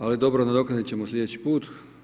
Ali dobro, nadoknaditi ćemo sljedeći put.